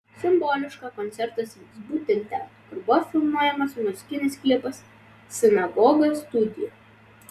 simboliška koncertas vyks būtent ten kur buvo filmuojamas muzikinis klipas sinagoga studio